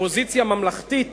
אופוזיציה ממלכתית